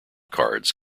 cards